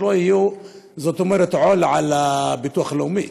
שלא יהיו עול על הביטוח הלאומי.